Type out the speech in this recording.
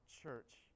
church